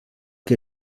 que